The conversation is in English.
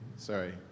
Sorry